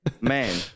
Man